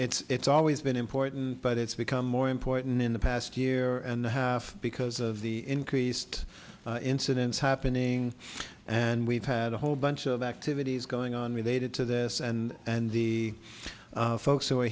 speak it's always been important but it's become more important in the past year and a half because of the increased incidence happening and we've had a whole bunch of activities going on related to this and and the folks